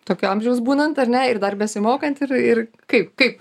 tokio amžiaus būnant ar ne ir dar besimokant ir ir kaip kaip